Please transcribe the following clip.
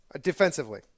defensively